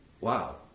Wow